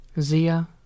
Zia